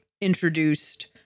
introduced